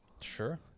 sure